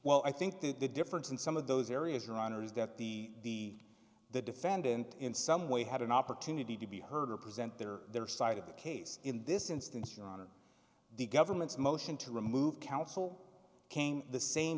well i think that the difference in some of those areas around here is that the the defendant in some way had an opportunity to be heard or present their their side of the case in this instance on the government's motion to remove counsel came the same